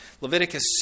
Leviticus